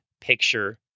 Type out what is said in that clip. picture